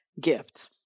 gift